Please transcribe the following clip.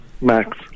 Max